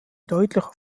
deutlicher